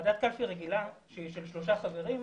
ועדת קלפי רגילה של שלושה חברים,